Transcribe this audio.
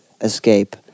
escape